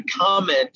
comment